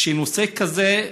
שנושא כזה,